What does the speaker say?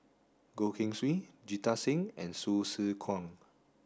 Goh Keng Swee Jita Singh and Hsu Tse Kwang